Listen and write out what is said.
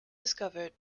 discovered